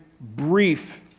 brief